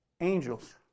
angels